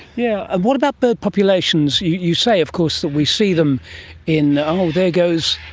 yeah and what about bird populations? you say of course that we see them in, oh, there goes,